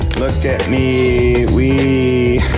look at me, we,